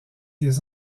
les